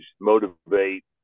motivate